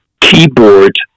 keyboard